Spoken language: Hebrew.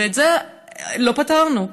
ואת זה לא פתרנו.